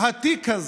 התיק הזה,